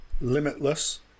limitless